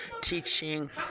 Teaching